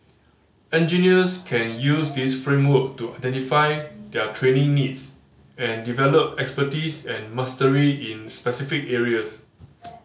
engineers can use this framework to identify their training needs and develop expertise and mastery in specific areas